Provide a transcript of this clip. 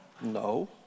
No